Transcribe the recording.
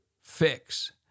fix